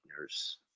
Nurse